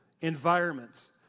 environments